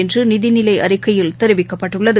என்றுநிதிநிலைஅறிக்கையில் தெரிவிக்கப்பட்டுள்ளது